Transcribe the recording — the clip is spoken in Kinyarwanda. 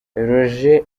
roger